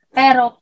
pero